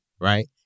right